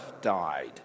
died